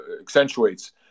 accentuates